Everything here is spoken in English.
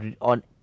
on